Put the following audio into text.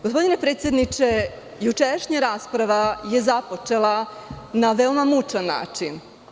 Gospodine predsedniče, jučerašnja rasprava je započela na veoma mučan način.